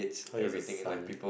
how is a sun